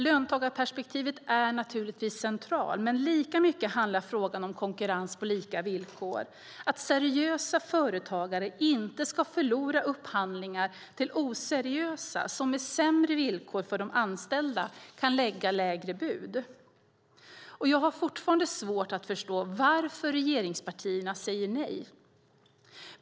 Löntagarperspektivet är naturligtvis centralt, men lika mycket handlar frågan om konkurrens på lika villkor - att seriösa företagare inte ska förlora upphandlingar till oseriösa som med sämre villkor för de anställda kan lägga lägre bud. Jag har fortfarande svårt att förstå varför regeringspartierna säger nej.